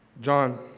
John